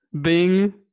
Bing